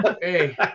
Hey